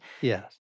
Yes